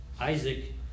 Isaac